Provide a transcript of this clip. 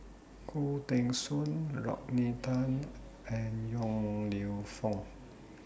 Khoo Teng Soon Rodney Tan and Yong Lew Foong